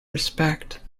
respect